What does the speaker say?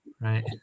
right